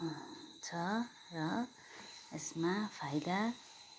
हुन्छ र यसमा फाइदा